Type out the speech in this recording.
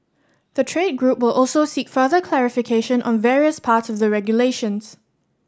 the trade group will also seek further clarification on various parts of the regulations